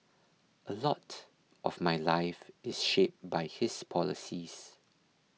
a lot of my life is shaped by his policies